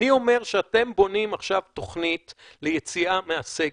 אני אומר שאתם בונים עכשיו תוכנית ליציאה מהסגר.